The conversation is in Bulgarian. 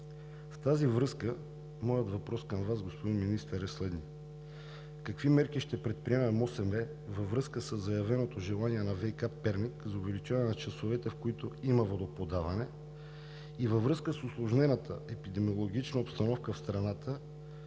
В тази връзка моят въпрос към Вас, господин Министър, е следният: какви мерки ще предприеме МОСВ във връзка със заявеното желание на ВиК – Перник, за увеличаване на часовете, в които има водоподаване, а във връзка с усложнената епидемиологична обстановка в страната